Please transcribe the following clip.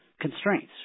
constraints